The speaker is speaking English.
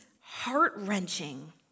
heart-wrenching